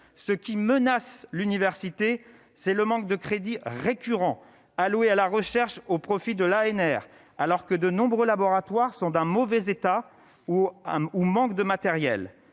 ce qui menace l'université, c'est le manque de crédits récurrents alloués à la recherche au profit de l'ANR alors que de nombreux laboratoires sont d'un mauvais état ou ou manque de matériel,